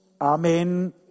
Amen